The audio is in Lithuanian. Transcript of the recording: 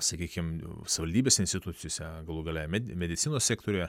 sakykim savivaldybės institucijose galų gale medicinos sektoriuje